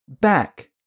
Back